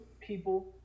people